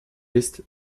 ist